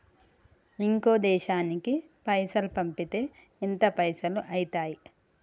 ఇంకో దేశానికి పైసల్ పంపితే ఎంత పైసలు అయితయి?